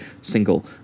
single